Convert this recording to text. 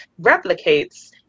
replicates